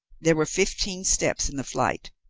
there were fifteen steps in the flight,